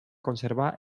conservar